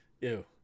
Ew